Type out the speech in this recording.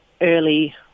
early